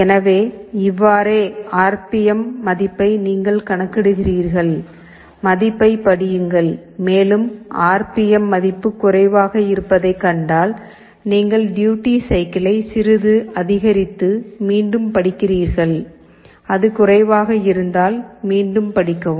எனவே இவ்வாறே R P M மதிப்பை நீங்கள் கணக்கிடுகிறீர்கள் மதிப்பைப் படியுங்கள் மேலும் ஆர் பி எம் மதிப்பு குறைவாக இருப்பதைக் கண்டால் நீங்கள் டூயுட்டி சைக்கிளை சிறிது அதிகரித்து மீண்டும் படிக்கிறீர்கள் அது குறைவாக இருந்தால் மீண்டும் படிக்கவும்